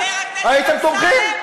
הייתם תומכים,